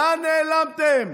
לאן נעלמתם